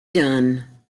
done